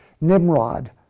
Nimrod